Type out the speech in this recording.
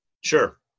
Sure